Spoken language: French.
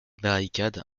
barricades